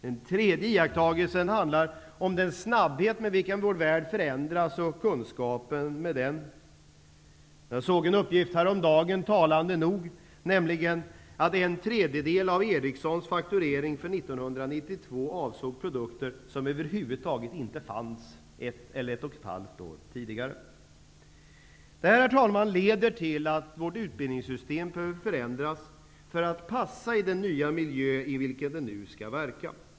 Den tredje iakttagelsen handlar om den snabbhet med vilken vår värld förändras och kunskaper med den. Jag såg en uppgift häromdagen talande nog, nämligen att en tredjedel av Ericssons fakturering för 1992 avsåg produkter som över huvud taget inte fanns ett eller ett och ett halvt år tidigare. Detta, herr talman, leder till slutsatsen att vårt utbildningssystem behöver förändras för att passa in i den nya miljö i vilken det skall verka.